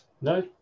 No